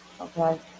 Okay